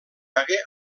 hagué